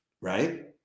right